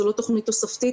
זו לא תכנית תוספתית,